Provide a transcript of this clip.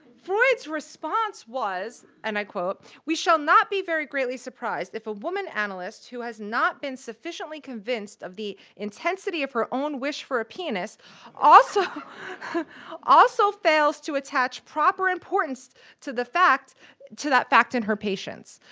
freud's response was, and i quote, we shall not be very greatly surprised if a woman analyst who has not been sufficiently convinced of the intensity of her own wish for a penis also also fails to attach proper importance to the fact to that fact in her patients.